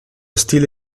stile